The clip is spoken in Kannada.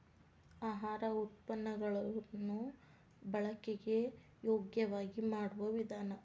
ಆಹಾರ ಉತ್ಪನ್ನ ಗಳನ್ನು ಬಳಕೆಗೆ ಯೋಗ್ಯವಾಗಿ ಮಾಡುವ ವಿಧಾನ